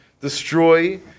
destroy